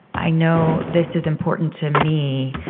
i know this is important to me,